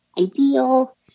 ideal